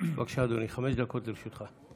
אדוני, חמש דקות לרשותך.